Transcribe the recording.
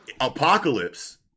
Apocalypse